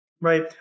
Right